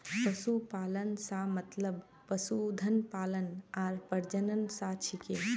पशुपालन स मतलब पशुधन पालन आर प्रजनन स छिके